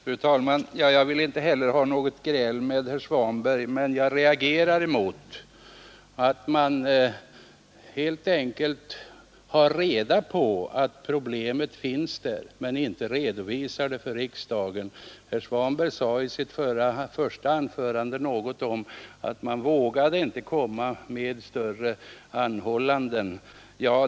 Fru talman! Jag vill inte heller ha något gräl med herr Svanberg, men jag reagerar mot att man har reda på att problemet finns där men inte redovisar det för riksdagen. Herr Svanberg sade i sitt första anförande något om att man inte vågade komma med större krav.